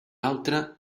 altre